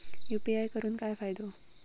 UPI करून काय फायदो?